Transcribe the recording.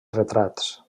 retrats